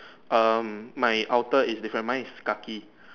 um my outer is different mine is khaki